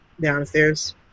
Downstairs